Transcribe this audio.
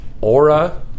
Aura